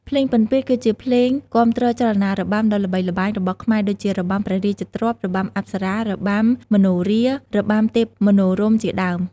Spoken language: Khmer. ភ្លេងពិណពាទ្យគឺជាភ្លេងគាំទ្រចលនារបាំដ៏ល្បីល្បាញរបស់ខ្មែរដូចជា របាំព្រះរាជទ្រព្យ របាំអប្សរា របាំមនោរាហ៍ របាំទេពមនោរម្យជាដើម។